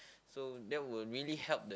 so that would really help the